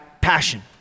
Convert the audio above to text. passion